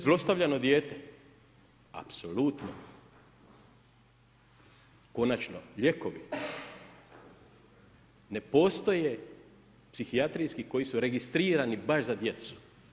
Zlostavljeno dijete, apsolutno, konačno, lijekovi, ne postoje psihijatriji koji su registrirani baš za djecu.